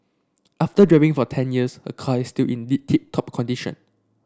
after driving for ten years her car is still in tip top condition